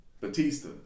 Batista